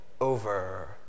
over